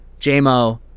JMO